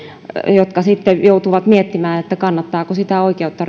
jotka joutuvat miettimään että kannattaako sitä oikeutta